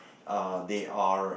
uh they are